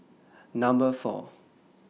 Number four